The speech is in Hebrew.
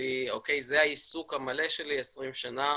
זה העיסוק המלא שלי 20 שנה,